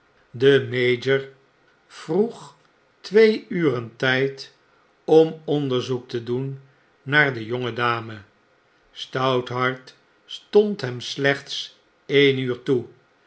de mayor vroeg twee uren tfld om onderzoek te doen naar de jonge dame stouthart stond hem slechts een uur toe